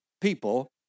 people